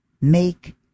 make